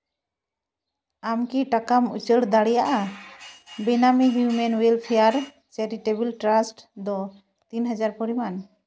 ᱟᱢ ᱠᱤ ᱴᱟᱠᱟᱢ ᱩᱪᱟᱹᱲ ᱫᱟᱲᱮᱭᱟᱜᱼᱟ ᱵᱮᱱᱟᱢᱤ human welfare charitable trust ᱫᱚ ᱛᱤᱱ ᱦᱟᱡᱟᱨ ᱯᱚᱨᱤᱢᱟᱱ